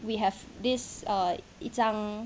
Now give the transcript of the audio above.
we have this err 一张